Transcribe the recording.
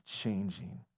changing